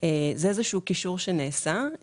- זה איזה שהוא קישור שנעשה.